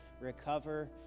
recover